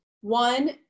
one